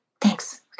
Thanks